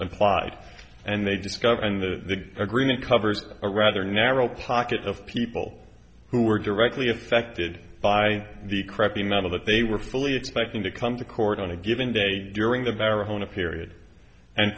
applied and they discovered and the agreement covers a rather narrow pocket of people who were directly affected by the crappy model that they were fully expecting to come to court on a given day during the barahona period and